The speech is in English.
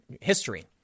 history